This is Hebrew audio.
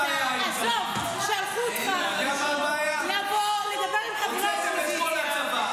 עזוב, שלחו אותך לבוא לדבר עם חברי האופוזיציה.